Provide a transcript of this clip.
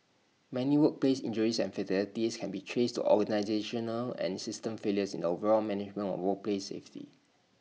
many workplace injuries and fatalities can be traced to organisational and system failures in the overall management of workplace safety